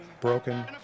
broken